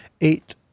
Eight